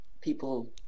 people